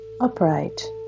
upright